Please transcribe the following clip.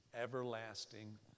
everlasting